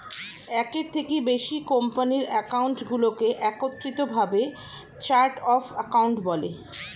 একের থেকে বেশি কোম্পানির অ্যাকাউন্টগুলোকে একত্রিত ভাবে চার্ট অফ অ্যাকাউন্ট বলে